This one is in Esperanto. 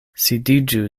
sidiĝu